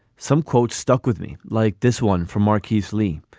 some quote stuck with me like this one from mark easley.